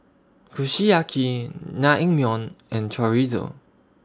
Kushiyaki Naengmyeon and Chorizo